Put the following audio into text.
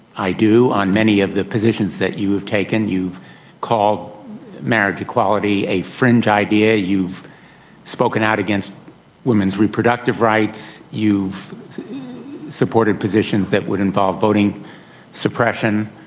i do on many of the positions that you have taken. you've called marriage equality a fringe idea. you've spoken out against women's reproductive rights. you've supported positions that would involve voting suppression.